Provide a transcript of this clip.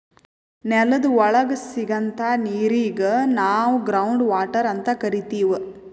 ನೆಲದ್ ಒಳಗ್ ಸಿಗಂಥಾ ನೀರಿಗ್ ನಾವ್ ಗ್ರೌಂಡ್ ವಾಟರ್ ಅಂತ್ ಕರಿತೀವ್